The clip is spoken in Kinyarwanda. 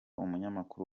umunyamakuru